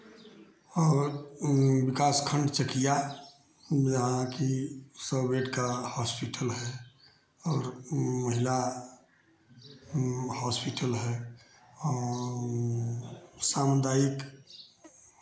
और विकास खंड चकिया जहाँ कि सौ बेड का हॉस्पिटल है और महिला हॉस्पिटल है और सामुदायिक